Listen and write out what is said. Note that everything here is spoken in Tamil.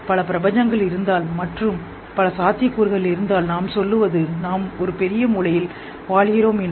பல பிரபஞ்சங்கள் இருந்தால் மற்றும் பல சாத்தியக்கூறுகள் இருந்தால் நாம் சொல்வது நாம் ஒரு பெரிய மூளையில் வாழ்கிறோமா என்று